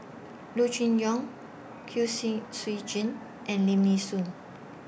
Loo Choon Yong Kwek Siew Jin and Lim Nee Soon